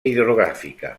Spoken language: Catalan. hidrogràfica